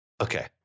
Okay